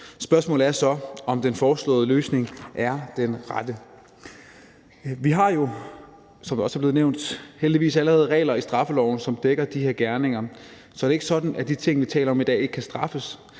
Spørgsmålet er så, om den foreslåede løsning er den rette. Vi har jo, som det også er blevet nævnt, heldigvis allerede regler i straffeloven, som dækker de her gerninger, så det er ikke sådan, at de ting, vi taler om i dag, ikke kan straffes.